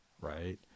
Right